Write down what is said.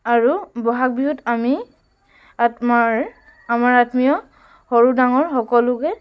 আৰু বহাগ বিহুত আমি আত্মৰ আমাৰ আত্মীয় সৰু ডাঙৰ সকলোকে